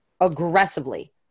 aggressively